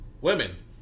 Women